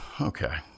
Okay